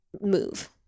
move